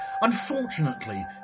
Unfortunately